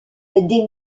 des